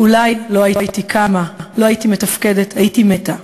אולי לא הייתי קמה, לא הייתי מתפקדת, הייתי מתה.